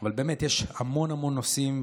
אבל באמת יש המון המון נושאים,